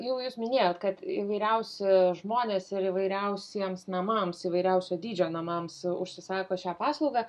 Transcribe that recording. jau jūs minėjot kad įvairiausi žmonės ir įvairiausiems namams įvairiausio dydžio namams užsisako šią paslaugą